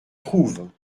trouve